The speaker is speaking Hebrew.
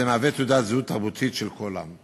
זה מהווה תעודת זהות תרבותית של כל עם.